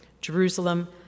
Jerusalem